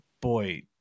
boy